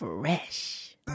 Fresh